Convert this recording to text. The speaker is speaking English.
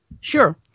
Sure